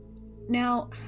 Now